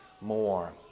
more